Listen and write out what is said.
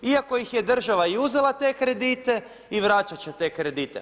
Iako ih je država i uzela te kredite i vraćat će te kredite.